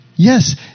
Yes